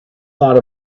thought